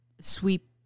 sweep